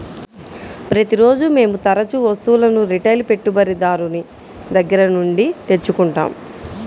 ప్రతిరోజూ మేము తరుచూ వస్తువులను రిటైల్ పెట్టుబడిదారుని దగ్గర నుండి తెచ్చుకుంటాం